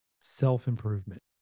Self-improvement